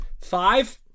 Five